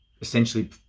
essentially